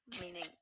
meaning